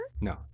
No